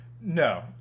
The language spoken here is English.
no